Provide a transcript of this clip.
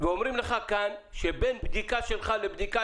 ואומרים לך כאן שבין בדיקה שלך לבדיקה,